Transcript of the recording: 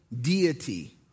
deity